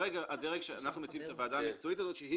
אנחנו מציעים את הוועדה המקצועית הזאת,